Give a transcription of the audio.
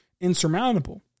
insurmountable